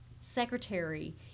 secretary